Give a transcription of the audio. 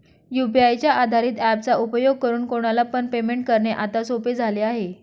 UPI च्या आधारित app चा उपयोग करून कोणाला पण पेमेंट करणे आता सोपे झाले आहे